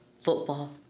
football